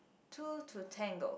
two to tango